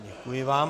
Děkuji vám.